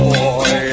boy